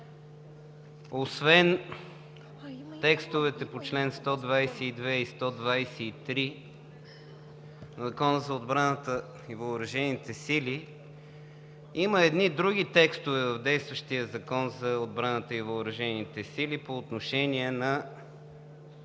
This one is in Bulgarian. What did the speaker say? освен текстовете по чл. 122 и чл. 123 в Закона за отбраната и въоръжените сили, има едни други текстове в действащия Закон за отбраната и въоръжените сили по отношение на